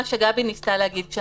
מה שגבי ניסתה להגיד.